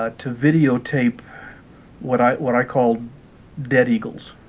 ah to videotape what i what i call dead eagles